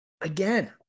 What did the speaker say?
Again